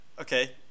Okay